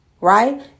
right